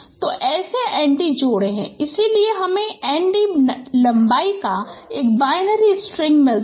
तो ऐसे 𝑛𝑑 जोड़े हैं इसलिए हमें 𝑛𝑑 लंबाई का एक बाइनरी स्ट्रिंग मिलता है